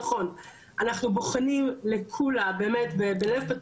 באמת בלב פתוח ונפש חפצה כל מקרה כזה,